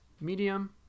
Medium